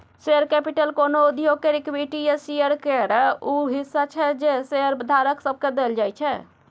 share capital कोनो उद्योग केर इक्विटी या शेयर केर ऊ हिस्सा छै जे शेयरधारक सबके देल जाइ छै